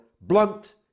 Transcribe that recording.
blunt